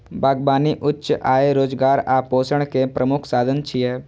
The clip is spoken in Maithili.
बागबानी उच्च आय, रोजगार आ पोषण के प्रमुख साधन छियै